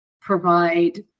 provide